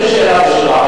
יש לי שאלה בשבילך,